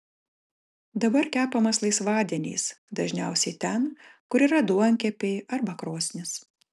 dabar kepamas laisvadieniais dažniausiai ten kur yra duonkepiai arba krosnys